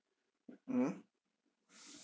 mmhmm